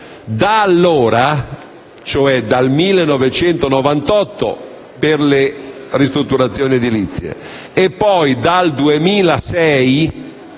Da allora, e cioè dal 1998 per le ristrutturazioni edilizie, e poi dal 2006